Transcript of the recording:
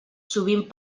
sovint